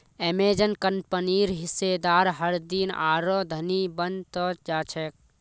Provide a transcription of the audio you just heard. Amazon कंपनीर हिस्सेदार हरदिन आरोह धनी बन त जा छेक